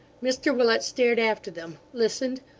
mr willet stared after them, listened,